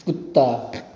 कुत्ता